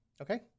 Okay